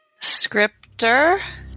Scriptor